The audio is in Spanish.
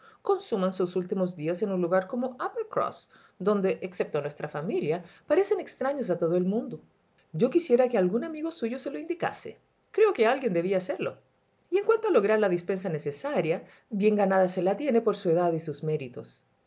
consuman sus últimos días en un lugar como uppercross donde excepto a nuestra familia parecen extraños a todo el mundo yo quisiera que algún amigo suyo se lo indicase creo que alguien debía hacerlo y en cuanto a lograr la dispensa necesaria bien ganada se la tiene por su edad y sus méritos